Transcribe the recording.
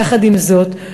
יחד עם זאת,